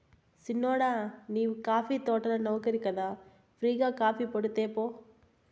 సిన్నోడా నీవు కాఫీ తోటల నౌకరి కదా ఫ్రీ గా కాఫీపొడి తేపో